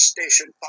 Station